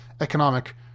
economic